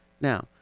Now